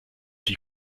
die